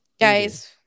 guys